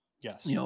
Yes